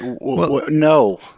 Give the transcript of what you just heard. no